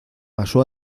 pasó